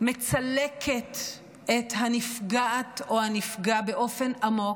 מצלקת את הנפגעת או הנפגע באופן עמוק,